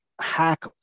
hack